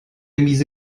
miese